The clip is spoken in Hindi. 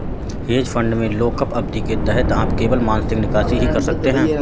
हेज फंड में लॉकअप अवधि के तहत आप केवल मासिक निकासी ही कर सकते हैं